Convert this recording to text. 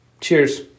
Cheers